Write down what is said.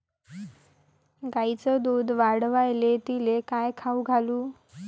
गायीचं दुध वाढवायले तिले काय खाऊ घालू?